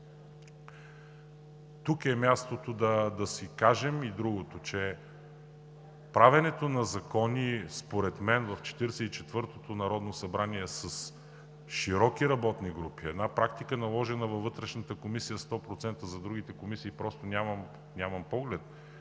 Тук е мястото да си кажем и другото, че правенето на закони според мен в 44-тото Народно събрание с широки работни групи – една практика, наложена във Вътрешната комисия 100%, за другите комисии просто нямам поглед,